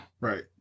right